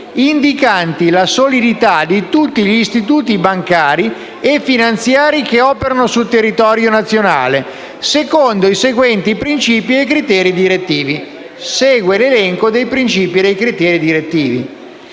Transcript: indicanti la solidità di tutti gli istituti bancari e finanziari che operano sul territorio nazionale, secondo i seguenti principi e criteri direttivi». Nel testo segue poi l'elenco dei principi e dei criteri direttivi.